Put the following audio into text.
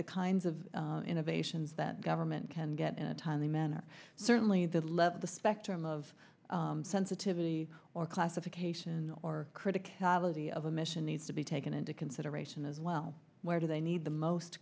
the kinds of innovations that government can get in a timely manner certainly the level the spectrum of sensitivity or classification or criticality of a mission needs to be taken into consideration as well where do they need the most